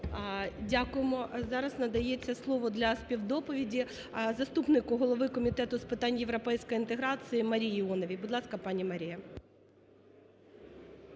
Дякуємо. Зараз надається слово для співдоповіді заступнику голови Комітету з питань європейської інтеграції Марії Іоновій. Будь ласка, пані Марія.